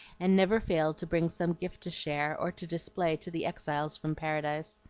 and never failed to bring some gift to share, or to display to the exiles from paradise.